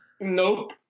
Nope